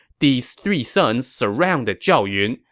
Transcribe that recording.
these three sons surrounded zhao yun,